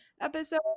episode